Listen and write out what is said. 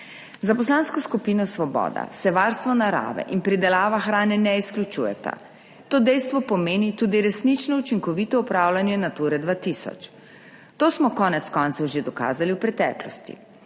Za Poslansko skupino Svoboda se varstvo narave in pridelava hrane ne izključujeta. To dejstvo pomeni tudi resnično učinkovito upravljanje Nature 2000. To smo konec koncev že dokazali v preteklosti.